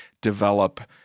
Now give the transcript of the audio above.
develop